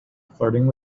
flirting